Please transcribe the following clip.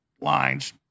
lines